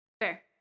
Fair